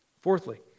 Fourthly